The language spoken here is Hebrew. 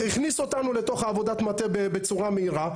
הכניס אותנו לתוך עבודת המטה בצורה מהירה.